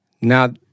Now-